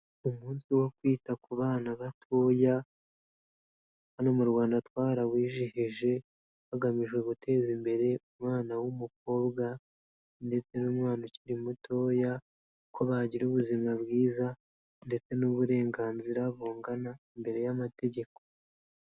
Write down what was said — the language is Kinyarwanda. Umunsi wo kwita ku bana batoya, hano mu Rwanda twarawizihije, hagamijwe guteza imbere umwana w'umukobwa ndetse n'umwana ukiri mutoya, ko bagira ubuzima bwiza ndetse n'uburenganzira bungana imbere y'amategeko.